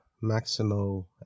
Maximo